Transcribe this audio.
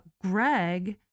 Greg